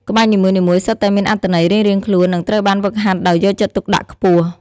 ក្បាច់នីមួយៗសុទ្ធតែមានអត្ថន័យរៀងៗខ្លួន និងត្រូវបានហ្វឹកហាត់ដោយយកចិត្តទុកដាក់ខ្ពស់។